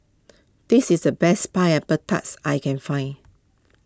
this is the best Pineapple that I can find